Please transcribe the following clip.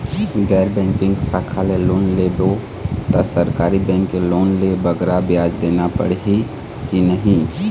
गैर बैंकिंग शाखा ले लोन लेबो ता सरकारी बैंक के लोन ले बगरा ब्याज देना पड़ही ही कि नहीं?